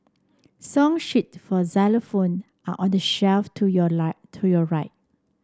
song sheets for xylophone are on the shelf to your light to your right